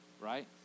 right